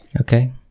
Okay